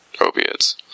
opiates